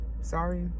sorry